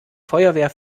feuerwehr